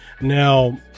now